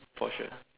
for sure